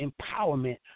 empowerment